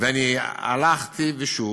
ואני הלכתי, ושוב,